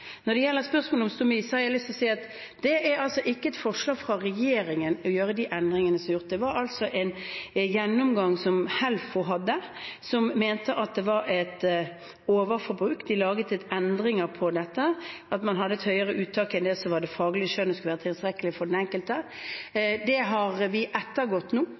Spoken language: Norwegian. Når det gjelder spørsmålet om stomi, har jeg lyst til å si at det ikke var et forslag fra regjeringen å gjøre de endringene. Det var en gjennomgang som Helfo hadde, fordi de mente det var et overforbruk. De laget endringer i dette fordi man hadde et høyere uttak enn det som ut fra et faglig skjønn skulle være tilstrekkelig for den enkelte. Det har vi ettergått nå,